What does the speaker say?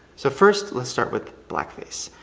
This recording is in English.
so, first, let's start with blackface